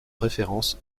référence